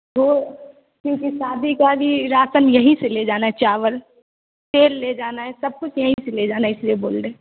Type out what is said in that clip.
वह किसी की शादी का भी राशन यहीं से ले जाना है चावल तेल ले जाना है सब कुछ यहीं से ले जाना है इसलिए बोल रहें